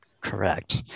correct